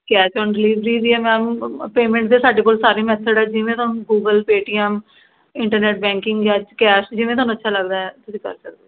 cash on delivery ਵੀ ਹੈ ma'am payment ਦੇ ਸਾਡੇ ਕੋਲ ਸਾਰੇ ਮੈਥਡ ਹੈ ਜਿਵੇਂ ਤੁਹਾਨੂੰ ਗੂਗਲ ਪੇਟੀਐਮ ਇੰਟਰਨੈਟ ਬੈਂਕਿੰਗ ਜਾਂ ਕੈਸ਼ ਜਿਵੇਂ ਤੁਹਾਨੂੰ ਅੱਛਾ ਲੱਗਦਾ ਹੈ ਤੁਸੀਂ ਕਰ ਸਕਦੇ ਹੋ